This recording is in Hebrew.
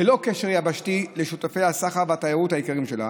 ללא קשר יבשתי לשותפי הסחר והתיירות העיקריים שלה,